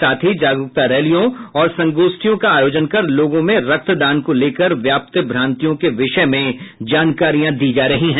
साथ ही जागरूकता रैलियों ओर संगोष्ठियों का आयोजन कर लोगों में रक्तदान को लेकर व्याप्त भ्रांतियों के विषय में जानकारियां दी जा रही है